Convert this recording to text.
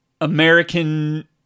American